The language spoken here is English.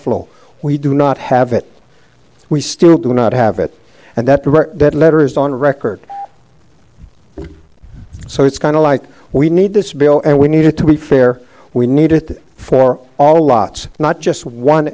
full we do not have it we still do not have it and that that letter is on record so it's kind of like we need this bill and we need it to be fair we need it for all lots not just one